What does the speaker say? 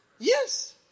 Yes